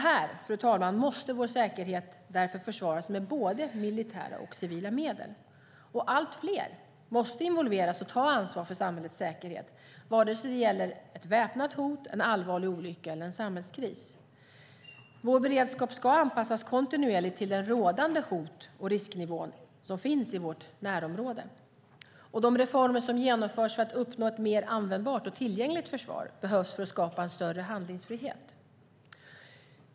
Här, fru talman, måste vår säkerhet därför försvaras med både militära och civila medel. Allt fler måste involveras och ta ansvar för samhällets säkerhet, vare sig det gäller ett väpnat hot, en allvarlig olycka eller en samhällskris. Vår beredskap ska anpassas kontinuerligt till den rådande hot och risknivå som finns i vårt närområde. De reformer som genomförs för att uppnå ett mer användbart och tillgängligt försvar behövs för att skapa en större handlingsfrihet.